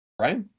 right